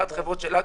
עד חברות של אג"ח.